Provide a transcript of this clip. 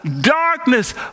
darkness